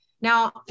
Now